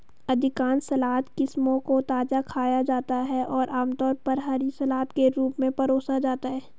अधिकांश सलाद किस्मों को ताजा खाया जाता है और आमतौर पर हरी सलाद के रूप में परोसा जाता है